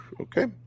Okay